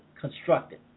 constructed